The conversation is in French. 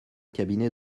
cabinet